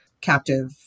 captive